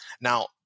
Now